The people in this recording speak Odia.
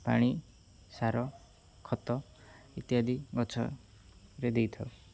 ପାଣି ସାର ଖତ ଇତ୍ୟାଦି ଗଛରେ ଦେଇଥାଉ